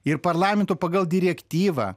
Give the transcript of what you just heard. ir parlamento pagal direktyvą